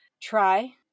try